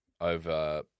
over